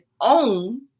own